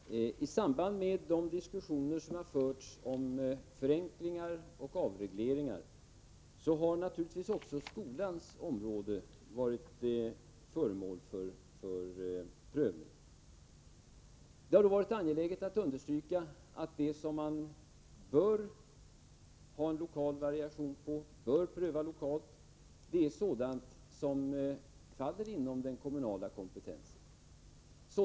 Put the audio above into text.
Herr talman! I samband med de diskussioner som förts om förenklingar och avregleringar har naturligtvis också skolans område varit föremål för prövning. Det har varit angeläget att understryka att det som bör prövas lokalt är sådant som faller inom den kommunala kompetensen.